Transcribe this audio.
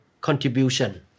contribution